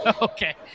Okay